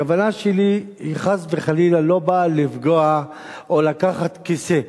הכוונה שלי היא לא חס וחלילה לפגוע או לקחת כיסא.